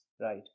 right